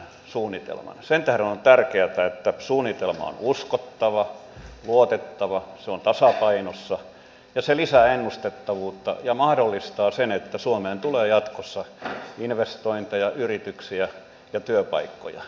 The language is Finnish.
sen tähden on tärkeätä että suunnitelma on uskottava luotettava se on tasapainossa ja se lisää ennustettavuutta ja mahdollistaa sen että suomeen tulee jatkossa investointeja yrityksiä ja työpaikkoja